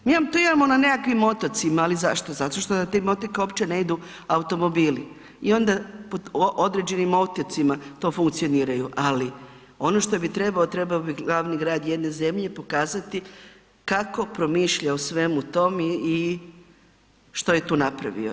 Mi vam to imamo na nekakvim otocima, ali zašto, zato što na tim otocima uopće ne idu automobili i onda po određenim otocima to funkcioniraju ali ono što bi trebalo, trebalo bi glavni grad jedne zemlje pokazati kako promišlja o svemu tom i što je tu napravio.